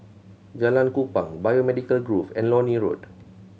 Jalan Kupang Biomedical Grove and Lornie Road